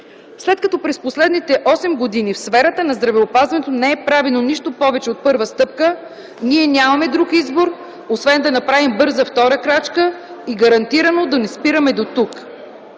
След като през последните осем години в сферата на здравеопазването не е правено нищо повече от първа стъпка, ние нямаме друг избор освен да направим бърза втора крачка и гарантирано да не спираме дотук.